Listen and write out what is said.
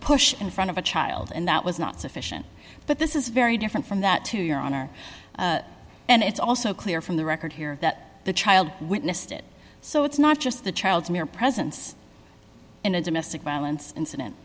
push in front of a child and that was not sufficient but this is very different from that to your honor and it's also clear from the record here that the child witnessed it so it's not just the child's mere presence in a domestic violence incident